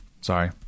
Sorry